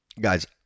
guys